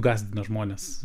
gąsdina žmones